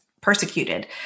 persecuted